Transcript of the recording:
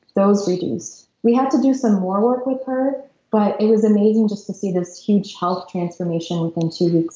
those reduced we had to do some more work with her but it is amazing just to see this huge health transformation within two weeks.